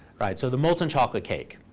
right? so the molten chocolate cake.